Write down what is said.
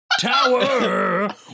tower